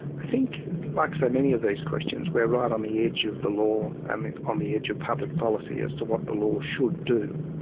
i think like so many of these questions, we're right on the edge of the law and on the edge of public policy as to what the law should do.